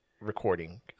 recording